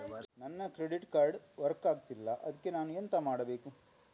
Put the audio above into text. ನನ್ನ credit card work ಆಗ್ತಿಲ್ಲ ಅದ್ಕೆ ನಾನು ಎಂತ ಮಾಡಬೇಕು?